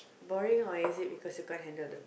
boring or is it because you can't handle the